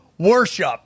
Worship